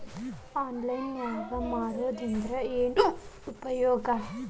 Online ನಾಗ್ ಮಾರೋದ್ರಿಂದ ಏನು ಉಪಯೋಗ?